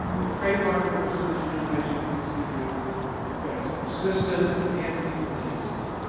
the trademark of research and innovation at vcu is that it's persistent and it's pervasive.